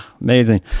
amazing